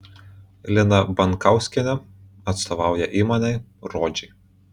lina bankauskienė atstovauja įmonei rodžiai